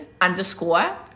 underscore